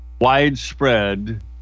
widespread